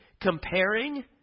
comparing